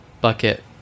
bucket